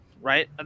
right